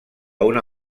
una